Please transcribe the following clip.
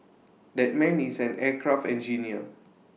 that man is an aircraft engineer